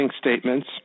statements